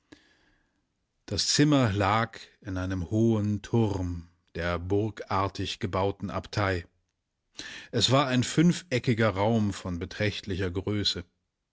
das zimmer lag in einem hohen turm der burgartig gebauten abtei es war ein fünfeckiger raum von beträchtlicher größe